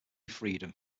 freedom